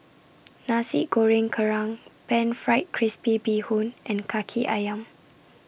Nasi Goreng Kerang Pan Fried Crispy Bee Hoon and Kaki Ayam